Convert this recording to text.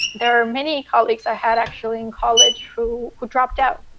there are many colleagues. i had actually in college who who dropped out,